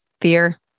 fear